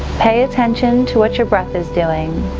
pay attention to what your breath is doing.